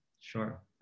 Sure